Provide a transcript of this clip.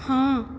ਹਾਂ